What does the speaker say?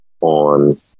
on